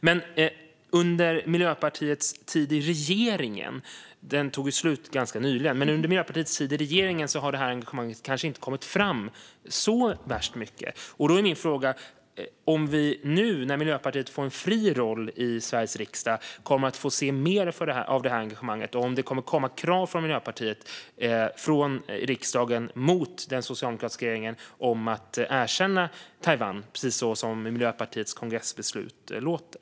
Men under Miljöpartiets tid i regeringen - den tog ju slut ganska nyligen - har det här engagemanget kanske inte kommit fram så värst mycket. Då är min fråga om vi nu, när Miljöpartiet får en fri roll i Sveriges riksdag, kommer att få se mer av det här engagemanget och om det kommer ett krav från Miljöpartiet på den socialdemokratiska regeringen att erkänna Taiwan precis så som Miljöpartiets kongressbeslut lyder.